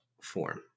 form